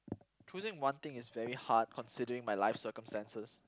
choosing one thing is very hard considering my life circumstances